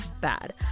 bad